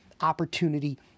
opportunity